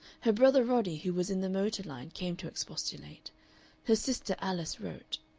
her brother roddy, who was in the motor line, came to expostulate her sister alice wrote.